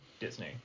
Disney